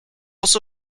also